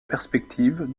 perspective